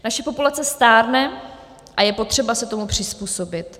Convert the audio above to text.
Naše populace stárne a je potřeba se tomu přizpůsobit.